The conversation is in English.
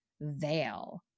Veil